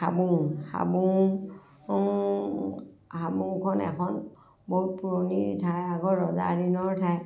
হাবুং হাবুং উং হাবুঙখন এখন বহুত পুৰণি ঠাই আগৰ ৰজাৰ দিনৰ ঠাই